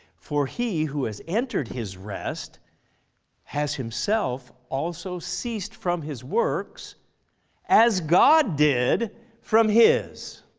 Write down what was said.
for he who has entered his rest has himself also ceased from his works as god did from his.